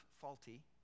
faulty